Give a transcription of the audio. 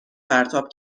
پرتاب